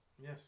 Yes